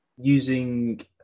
using